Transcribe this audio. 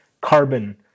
carbon